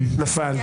נפל.